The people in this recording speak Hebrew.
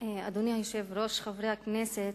אדוני היושב-ראש, חברי הכנסת,